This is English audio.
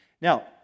Now